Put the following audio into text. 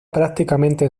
prácticamente